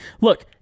Look